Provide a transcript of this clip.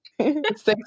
Six